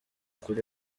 kuri